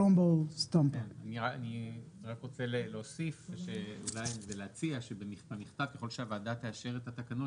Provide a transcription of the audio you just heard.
אני רק רוצה אולי להציע שככל שהוועדה תאשר את התקנה,